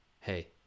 Hey